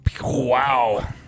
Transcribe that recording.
Wow